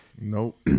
nope